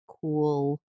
cool